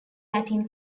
latin